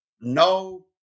no